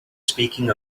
speaking